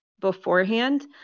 beforehand